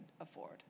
afford